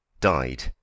died